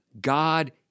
God